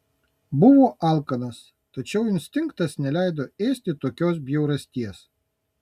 buvo alkanas tačiau instinktas neleido ėsti tokios bjaurasties